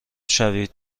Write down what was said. شوید